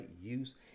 use